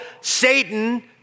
Satan